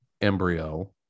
embryo